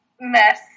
Mess